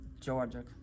Georgia